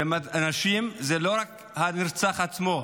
האנשים, זה לא רק הנרצח עצמו,